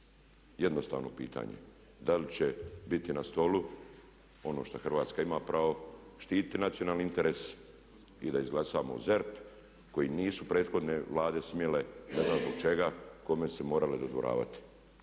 Jednostavno pitanje, da li će biti na stolu ono što Hrvatska ima pravo štititi nacionalni interes i da izglasamo ZERP koji nisu prethodne Vlade smjele ne znam zbog čega i kome su se morale dodvoravati.